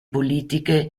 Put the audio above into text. politiche